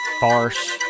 farce